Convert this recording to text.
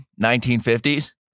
1950s